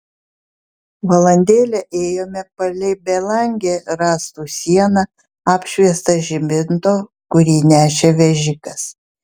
valandėlę ėjome palei belangę rąstų sieną apšviestą žibinto kurį nešė vežikas